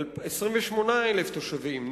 28,000 תושבים,